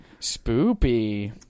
Spoopy